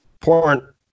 Porn